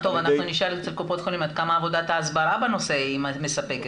אנחנו גם נשאל את קופות החולים עד כמה עבודת ההסברה בנושא מספקת.